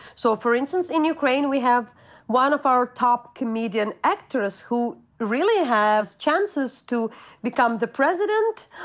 so for instance, in ukraine we have one of our top comedian actors who really has chances to become the president.